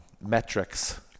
metrics